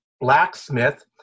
Blacksmith